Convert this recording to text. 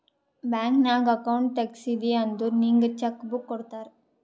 bank ನಾಗ್ account ತೆಗ್ಸಿದಿ ಅಂದುರ್ ನಿಂಗ್ ಚೆಕ್ ಬುಕ್ ಕೊಡ್ತಾರ್